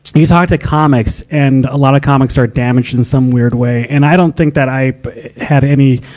you talk to comics, and a lot of comics are damaged in some weird way. and i don't think that i had any,